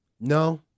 No